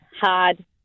hard